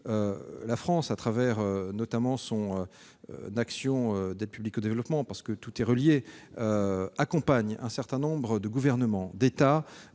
La France, au travers, notamment, de son action en matière d'aide publique au développement, parce que tout est lié, accompagne un certain nombre de gouvernements et d'États